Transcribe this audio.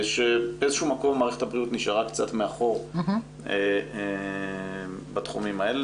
באיזה שהוא מקום מערכת הבריאות נשארה קצת מאחור בתחומים האלה.